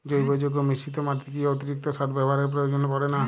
জৈব যৌগ মিশ্রিত মাটিতে কি অতিরিক্ত সার ব্যবহারের প্রয়োজন পড়ে না?